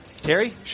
Terry